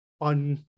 on